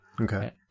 okay